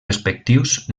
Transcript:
respectius